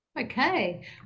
Okay